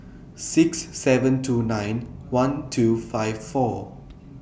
six seven two nine one two five four